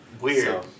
weird